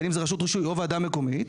בין אם זה רשות רישוי או ועדה מקומית,